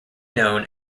known